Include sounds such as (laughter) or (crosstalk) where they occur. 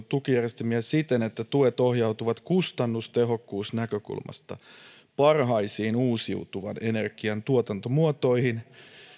(unintelligible) tukijärjestelmiä siten että tuet ohjautuvat kustannustehokkuusnäkökulmasta parhaisiin uusiutuvan ener gian tuotantomuotoihin